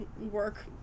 work